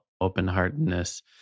open-heartedness